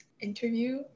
interview